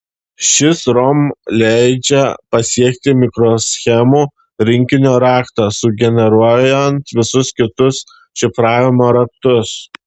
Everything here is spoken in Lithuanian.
šis rom leidžia pasiekti mikroschemų rinkinio raktą sugeneruojant visus kitus šifravimo raktus